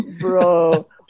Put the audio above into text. Bro